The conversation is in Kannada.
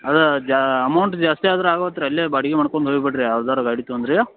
ಅದ ಜಾ ಅಮೌಂಟ್ ಜಾಸ್ತಿ ಆದ್ರ ಆಗವತ್ರ್ಯ ಅಲ್ಲೆ ಬಾಡಿಗೆ ಮಾಡ್ಕೊಂಡು ಹೋಯಿ ಬಿಡ್ರಿ ಯಾವ್ದಾರ ಗಾಡಿ ತಗೊಂದ್ರಿ